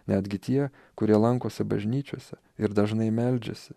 netgi tie kurie lankosi bažnyčiose ir dažnai meldžiasi